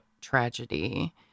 tragedy